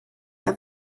auf